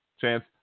chance